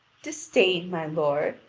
disdain, my lord?